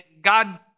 God